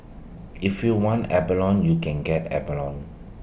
if you want abalone you can get abalone